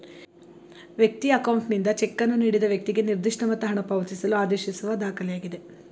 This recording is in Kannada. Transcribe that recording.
ವ್ಯಕ್ತಿಯ ಅಕೌಂಟ್ನಿಂದ ಚೆಕ್ಕನ್ನು ನೀಡಿದ ವ್ಯಕ್ತಿಗೆ ನಿರ್ದಿಷ್ಟಮೊತ್ತ ಹಣಪಾವತಿಸಲು ಆದೇಶಿಸುವ ದಾಖಲೆಯಾಗಿದೆ